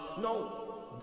No